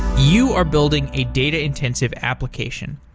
you are building a data-intensive application.